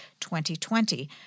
2020